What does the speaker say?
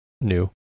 new